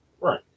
Right